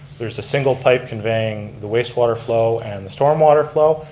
there's a single pipe conveying the wastewater flow and the storm water flow,